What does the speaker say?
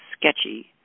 sketchy